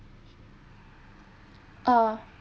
uh